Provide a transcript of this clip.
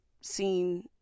seen